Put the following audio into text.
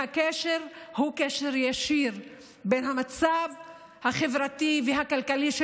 והקשר הוא קשר ישיר בין המצב החברתי והכלכלי של